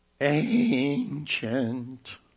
ancient